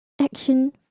action